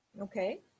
Okay